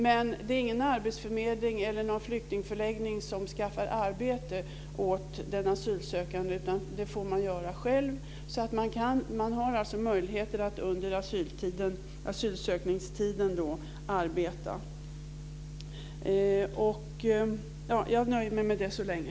Men det är inte någon arbetsförmedling eller någon flyktingförläggning som skaffar arbete åt den asylsökande, utan det får man göra själv. Man har alltså möjligheter att arbeta under asylsökningstiden. Jag nöjer mig med det så länge.